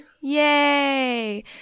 Yay